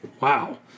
Wow